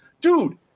dude